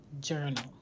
journal